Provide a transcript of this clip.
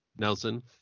Nelson